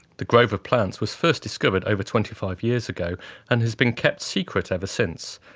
the grove of plants was first discovered over twenty five years ago and has been kept secret ever since.